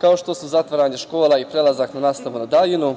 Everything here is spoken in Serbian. kao što su zatvaranje škola i prelazak na nastavu na daljinu,